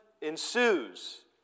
ensues